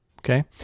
okay